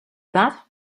that